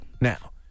Now